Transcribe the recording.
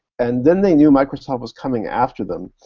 and then they knew microsoft was coming after them,